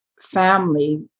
family